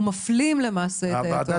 ומפלים למעשה את היתומים.